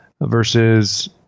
versus